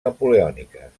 napoleòniques